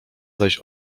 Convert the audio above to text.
zaś